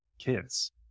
kids